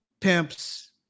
pimps